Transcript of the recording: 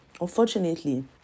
unfortunately